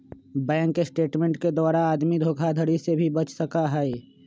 bank statement के द्वारा आदमी धोखाधडी से भी बच सका हई